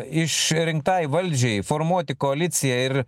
išrinktai valdžiai formuoti koaliciją ir